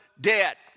debt